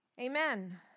Amen